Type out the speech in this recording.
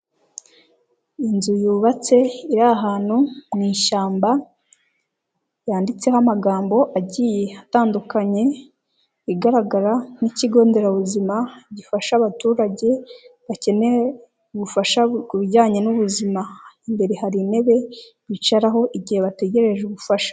Inzu yubatse iri ahantu mu ishyamba yanditseho amagambo agiye atandukanye igaragara nk'ikigo nderabuzima gifasha abaturage bakeneye ubufasha ku bijyanye n'ubuzima, imbere hari intebe bicaraho igihe bategereje ubufasha.